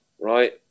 right